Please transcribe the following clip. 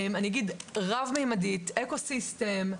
רב מימדית, אקו סיסטם,